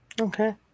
Okay